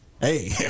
hey